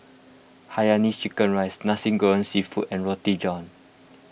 Hainanese Chicken Rice Nasi Goreng Seafood and Roti John